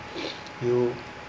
you